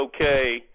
okay